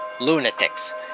lunatics